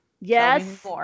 Yes